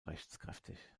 rechtskräftig